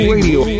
Radio